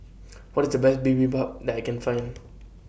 What IS The Best Bibimbap that I Can Find